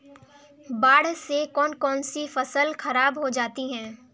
बाढ़ से कौन कौन सी फसल खराब हो जाती है?